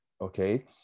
Okay